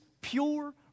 pure